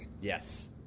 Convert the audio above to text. Yes